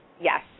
Yes